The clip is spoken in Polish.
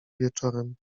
wieczorem